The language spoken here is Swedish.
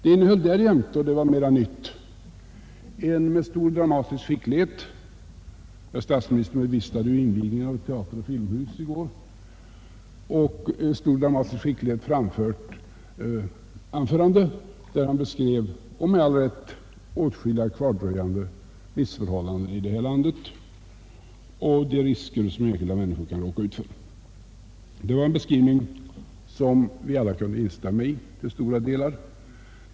En liten nyhet var att statsministern med stor dramatisk skicklighet — han bevistade ju invigningen av ett teateroch filmhus i går — beskrev åtskilliga kvardröjande missförhållanden i det här landet och de risker som enskilda människor kan råka ut för. Han gjorde det med all rätt. Det var en beskrivning som vi alla till stora delar kunde instämma i.